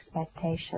expectations